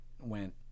went